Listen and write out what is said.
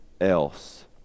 else